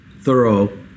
thorough